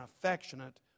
affectionate